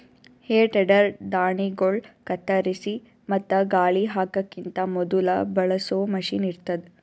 ಹೇ ಟೆಡರ್ ಧಾಣ್ಣಿಗೊಳ್ ಕತ್ತರಿಸಿ ಮತ್ತ ಗಾಳಿ ಹಾಕಕಿಂತ ಮೊದುಲ ಬಳಸೋ ಮಷೀನ್ ಇರ್ತದ್